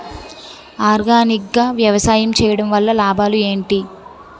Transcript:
Organic గా వ్యవసాయం చేయడం వల్ల లాభాలు ఏంటి?